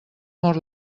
mor